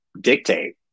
dictate